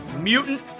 Mutant